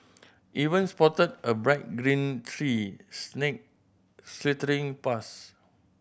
even spotted a bright green tree snake slithering past